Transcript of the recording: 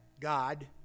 God